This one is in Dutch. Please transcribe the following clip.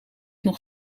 nog